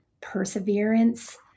perseverance